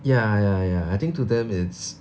ya ya ya I think to them it's